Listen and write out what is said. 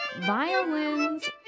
violins